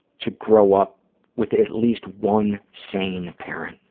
to grow up with at least one sane parent.